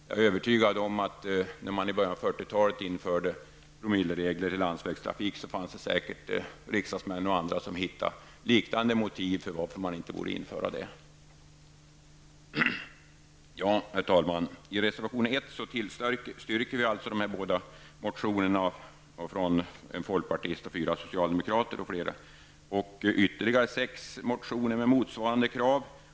Jag är övertygad om att det när man i början av 1940-talet införde promilleregler i landsvägstrafik fanns riksdagsmän och andra som hittade liknande motiv till att man inte borde göra det. Herr talman! I reservation 1 tillstyrker vi dessa båda motioner från en folkpartist och fyra socialdemokrater och ytterligare sex motioner med motsvarande krav.